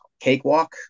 cakewalk